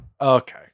Okay